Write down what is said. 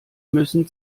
müssen